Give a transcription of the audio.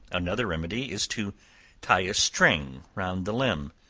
another remedy is to tie a string round the limb,